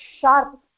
sharp